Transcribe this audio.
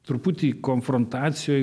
truputį konfrontacijoj